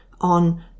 on